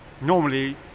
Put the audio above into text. normally